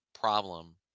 problem